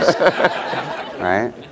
Right